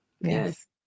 Yes